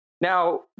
Now